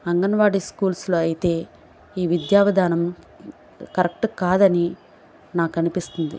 అంగన్వాడీ స్కూల్స్లో అయితే ఈ విద్యా విధానం కరెక్ట్ కాదని నాకనిపిస్తుంది